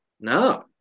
No